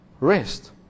Rest